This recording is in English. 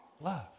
Love